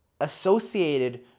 associated